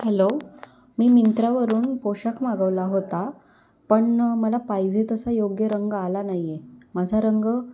hello मी मिंत्रावरून पोषाख मागवला होता पण मला पाहिजे तसा योग्य रंग आला नाही आहे माझा रंग